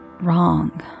wrong